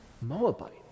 Moabite